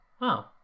wow